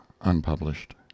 Unpublished